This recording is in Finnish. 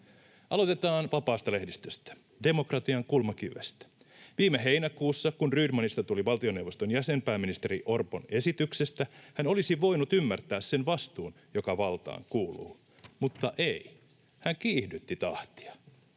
Aloitetaan vapaasta lehdistöstä, demokratian kulmakivestä. Viime heinäkuussa, kun Rydmanista tuli valtioneuvoston jäsen pääministeri Orpon esityksestä, hän olisi voinut ymmärtää sen vastuun, joka valtaan kuuluu. Mutta ei, hän kiihdytti tahtia.